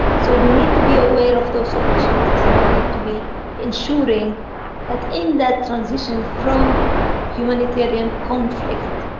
so we need to be aware of those opportunities and we need to be ensuring that in that transition from humanitarian conflict